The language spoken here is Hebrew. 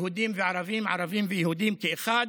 יהודים וערבים, ערבים ויהודים כאחד.